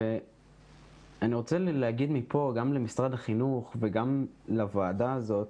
אני רוצה להגיד מפה גם למשרד החינוך וגם לוועדה הזאת,